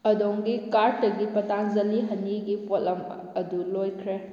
ꯑꯗꯣꯝꯒꯤ ꯀꯥꯔꯠꯇꯒꯤ ꯄꯇꯥꯟꯖꯂꯤ ꯍꯅꯤꯒꯤ ꯄꯣꯠꯂꯝ ꯑꯗꯨ ꯂꯣꯏꯈ꯭ꯔꯦ